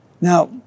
Now